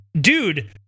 dude